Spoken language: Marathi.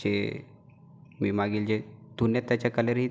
जे मी मागील जे धुण्यात त्याचा कलरही